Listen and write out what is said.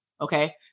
Okay